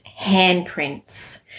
handprints